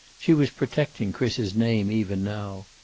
she was protecting chris's name, even now.